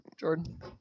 Jordan